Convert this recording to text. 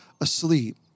asleep